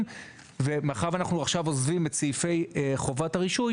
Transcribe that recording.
מאחר ואנחנו עכשיו עוזבים את סעיפי חובת הרישוי